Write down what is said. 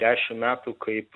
dešim metų kaip